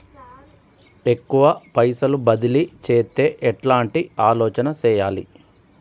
ఎక్కువ పైసలు బదిలీ చేత్తే ఎట్లాంటి ఆలోచన సేయాలి?